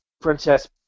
princess